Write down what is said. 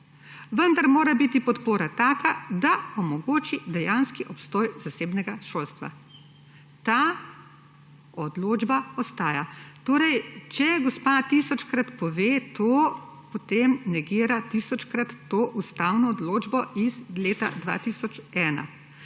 vendar mora biti podpora taka, da omogoči dejanski obstoj zasebnega šolstva.« Ta odločba ostaja. Torej, če gospa tisočkrat pove to, potem negira tisočkrat to ustavno odločbo iz leta 2001.